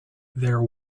there